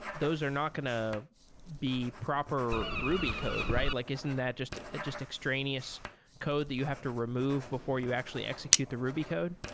those are not going to be proper ruby code? like isn't that just just extraneous code that you have to remove before you actually execute the ruby code?